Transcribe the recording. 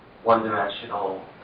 one-dimensional